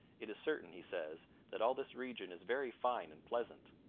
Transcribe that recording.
it is certain he says, that all this region is very fine and pleasant.